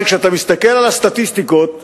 כשאתה מסתכל על הסטטיסטיקות,